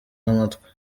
n’amatwi